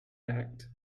act